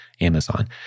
Amazon